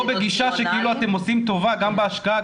בגישה שכאילו אתם עושים טובה גם בהשקעה,